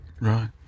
Right